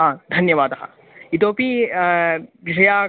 आ धन्यवादः इतोपि विषयाः